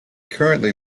currently